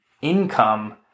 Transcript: income